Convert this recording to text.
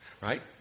right